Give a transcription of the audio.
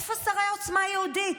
איפה שרי עוצמה יהודית?